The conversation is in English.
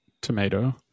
tomato